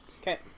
Okay